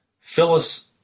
Phyllis